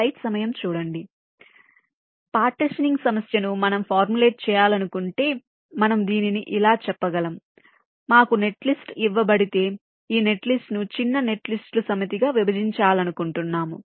కాబట్టి పార్టీషనింగ్ సమస్య ను మనం ఫార్ములేట్ చేయాలనుకుంటే మనము దీనిని ఇలా చెప్పగలం కాబట్టి మాకు నెట్లిస్ట్ ఇవ్వబడితే ఈ నెట్లిస్ట్ను చిన్న నెట్లిస్టుల సమితిగా విభజించాలనుకుంటున్నాము